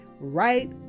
right